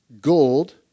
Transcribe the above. gold